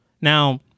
Now